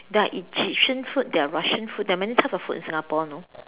there are Egyptian food there are Russian food there are many types of food in Singapore you know